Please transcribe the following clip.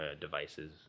devices